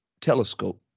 telescope